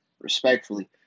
Respectfully